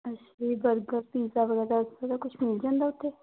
ਅੱਛਾ ਜੀ burger pizza ਵੈਗਰਾ ਇੱਦਾਂ ਦਾ ਕੁਛ ਮਿਲ ਜਾਂਦਾ ਉੱਥੇ